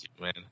man